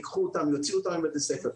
ייקחו אותם ויוציאו אותם מבתי הספר.